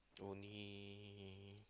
only